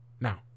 Now